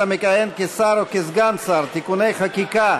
המכהן כשר או כסגן שר (תיקוני חקיקה),